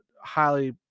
highly